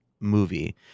movie